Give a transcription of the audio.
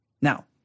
Now